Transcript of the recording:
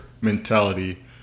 mentality